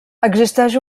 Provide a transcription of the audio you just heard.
existeix